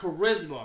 charisma